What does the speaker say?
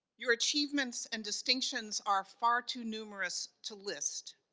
your achievements and distinctions are far too numerous to list.